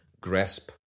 grasp